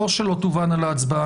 לא שלא תובאנה להצבעה.